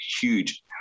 huge